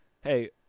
Hey